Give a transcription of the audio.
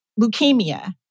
leukemia